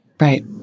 Right